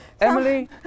emily